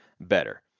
better